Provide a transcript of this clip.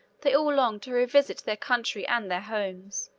they all long to revisit their country and their homes,